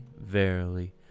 verily